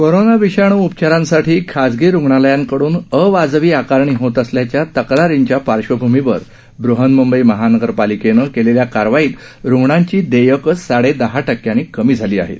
corona विषाणू उपचारांसाठी खासगी रुग्णालयांकडून अवाजवी आकारणी होत असल्याच्या तक्रारींच्या पार्श्वभूमीवर बृहन्मूंबई महापालिकेनं केलेल्या कारवाईत रूग्णांची देयकं साडेदहा टक्क्यांनी कमी झालीआहेत